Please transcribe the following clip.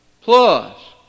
plus